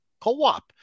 co-op